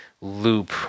loop